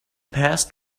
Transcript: passed